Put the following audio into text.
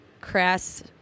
crass